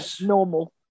normal